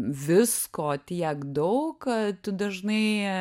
visko tiek daug kad tu dažnai